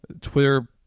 Twitter